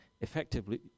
effectively